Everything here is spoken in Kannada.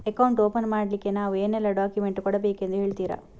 ಅಕೌಂಟ್ ಓಪನ್ ಮಾಡ್ಲಿಕ್ಕೆ ನಾವು ಏನೆಲ್ಲ ಡಾಕ್ಯುಮೆಂಟ್ ಕೊಡಬೇಕೆಂದು ಹೇಳ್ತಿರಾ?